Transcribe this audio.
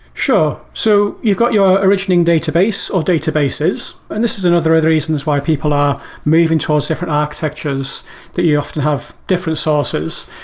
sure. so you've got your original database or databases, and this is another of the reasons why people are moving towards different architectures that you often have different sources.